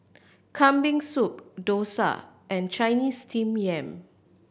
Kambing Soup dosa and Chinese Steamed Yam